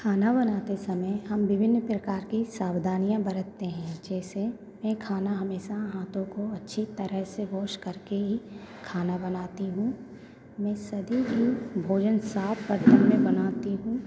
खाना बनाते समय हम विभिन्न प्रकार कि सावधानियाँ बरतते हैं जैसे मैं कहना हमेशा हाथों को अच्छी तरह से वॉश करके ही खाना बनाती हूँ मैं सदी हि भोजन साफ़ बर्तन में बनाती हूँ